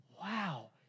Wow